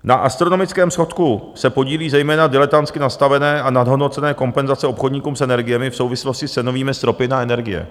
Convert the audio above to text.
Na astronomickém schodku se podílí zejména diletantsky nastavené a nadhodnocené kompenzace obchodníkům s energiemi v souvislosti s cenovými stropy na energie.